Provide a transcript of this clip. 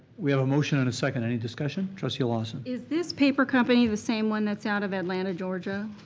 we have a motion and a second. any discussion? trustee lawson. is this paper company the same one that's out of atlanta, georgia?